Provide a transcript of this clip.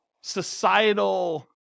societal